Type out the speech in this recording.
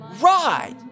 ride